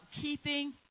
keeping